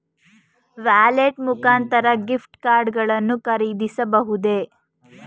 Wallet ಮುಖಾಂತರ gift card ಗಳನ್ನು ಖರೀದಿಸಬಹುದೇ?